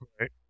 Right